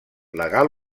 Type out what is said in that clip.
legal